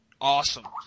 awesome